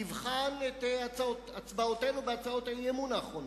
תבחן את הצבעותינו בהצעות האי-אמון האחרונות.